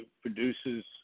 produces